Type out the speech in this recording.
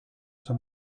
sua